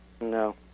No